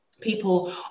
People